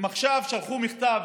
הם עכשיו שלחו מכתב